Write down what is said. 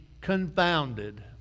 confounded